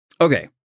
okay